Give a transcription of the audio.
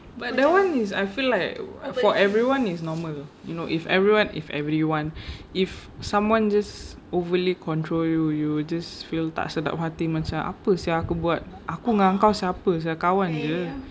but that [one] I feel like for everyone is normal you know if everyone if everyone if someone just overly control you you would just feel tak sedap hati macam apa sia aku buat aku dengan kau siapa sia kawan jer